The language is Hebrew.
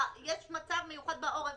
להאריך